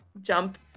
jump